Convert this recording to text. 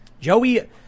Joey